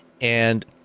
and-